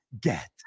get